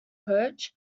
coach